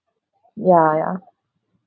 ya ya